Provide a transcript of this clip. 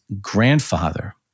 grandfather